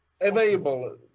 available